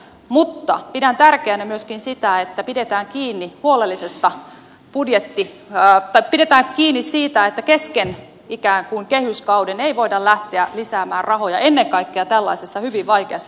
mutta pidän tärkeänä myöskin sitä että pidetään kiinni huolellisesta budjetti saattaa pidetään kiinni siitä että ikään kuin kesken kehyskauden ei voida lähteä lisäämään rahoja ennen kaikkea tällaisessa hyvin vaikeassa taloustilanteessa